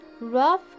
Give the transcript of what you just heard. rough